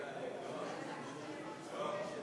בבקשה,